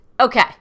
Okay